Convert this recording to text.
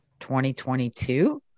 2022